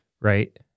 Right